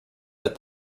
that